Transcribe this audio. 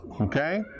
Okay